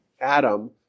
Adam